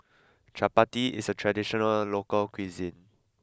Chapati is a traditional local cuisine